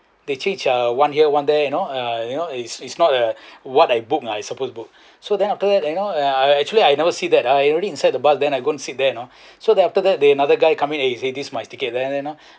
they changed uh one here one there you know uh you know is is not uh what I book ah I suppose to book so then after that you know I I actually I never see that I already inside the bus then I go to sit there you know so then after that the another guy come in and say eh this is my ticket and then